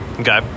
okay